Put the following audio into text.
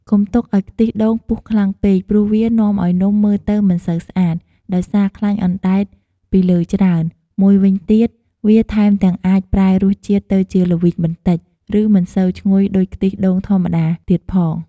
កុំទុកឲ្យខ្ទិះដូងពុះខ្លាំងពេក ព្រោះវានាំឱ្យនំមើលទៅមិនសូវស្អាត ដោយសារខ្លាញ់អណ្ដែតពីលើច្រើន មួយវិញទៀត វាថែមទាំងអាចប្រែរសជាតិទៅជា ល្វីង បន្តិច ឬមិនសូវឈ្ងុយដូចខ្ទិះដូងធម្មតាទៀតផង។